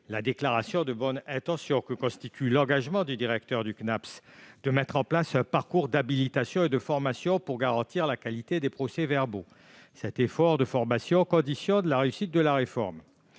la déclaration de bonnes intentions que constitue l'engagement du directeur du Cnaps de mettre en place un parcours d'habilitation et de formation pour garantir la qualité des procès-verbaux », ajoutant que « cet effort de formation conditionn[ait] la réussite de la réforme.